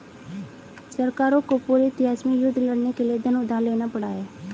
सरकारों को पूरे इतिहास में युद्ध लड़ने के लिए धन उधार लेना पड़ा है